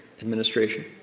Administration